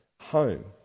home